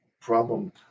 problem